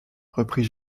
reprit